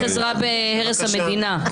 אתה צריך עזרה בהרס המדינה.